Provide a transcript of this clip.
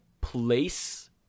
place